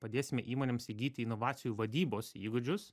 padėsime įmonėms įgyti inovacijų vadybos įgūdžius